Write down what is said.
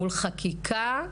מול חקיקה,